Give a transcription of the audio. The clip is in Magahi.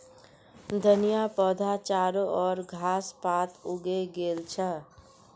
धनिया पौधात चारो ओर घास पात उगे गेल छ